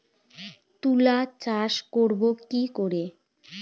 তুলা চাষ করব কি করে?